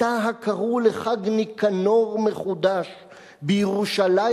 אתה הקרוא/ לחג-ניקנור מחודש בירושלים